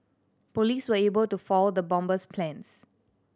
police were able to foil the bomber's plans